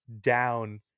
down